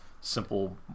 simple